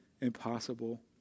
impossible